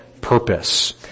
purpose